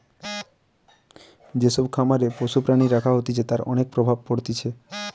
যে সব খামারে পশু প্রাণী রাখা হতিছে তার অনেক প্রভাব পড়তিছে